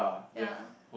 yea